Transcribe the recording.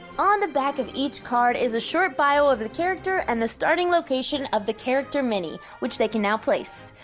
on the back of each card is a short bio of the character and the starting location of the character mini, which they can now place.